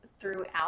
throughout